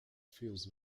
feels